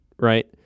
right